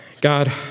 God